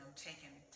Taking